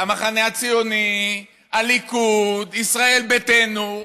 המחנה הציוני, הליכוד, ישראל ביתנו.